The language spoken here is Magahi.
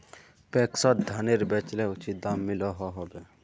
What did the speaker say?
पैक्सोत धानेर बेचले उचित दाम मिलोहो होबे?